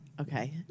Okay